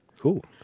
Cool